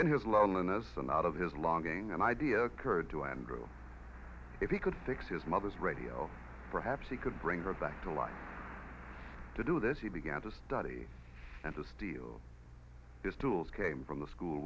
in his loneliness and out of his longing an idea occurred to andrew if he could fix his mother's radio perhaps he could bring her back to life to do this he began to study and to steal his tools came from the school